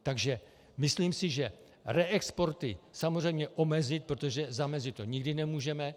Takže myslím, že reexporty samozřejmě omezit, protože zamezit tomu nikdy nemůžeme.